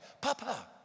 Papa